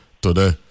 today